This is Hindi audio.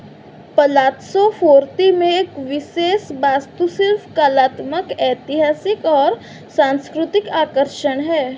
पलात्सो फ़ोर्ती में एक विशेष वास्तुशिल्प कलात्मक ऐतिहासिक और सांस्कृतिक आकर्षण है